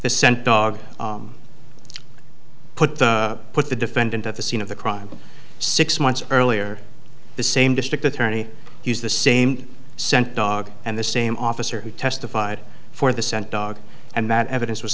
the scent dog put put the defendant at the scene of the crime six months earlier the same district attorney used the same scent dog and the same officer who testified for the scent dog and that evidence was